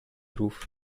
ruf